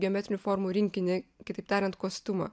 geometrinių formų rinkinį kitaip tariant kostiumą